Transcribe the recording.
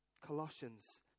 Colossians